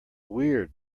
weird